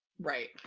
right